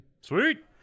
Sweet